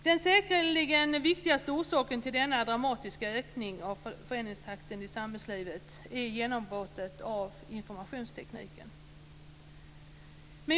Den säkerligen viktigaste orsaken till denna dramatiska ökning av förändringstakten i samhällslivet är genombrottet för informationstekniken.